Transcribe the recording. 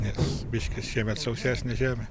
nes biškį šiemet sausesnė žemė